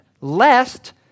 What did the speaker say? lest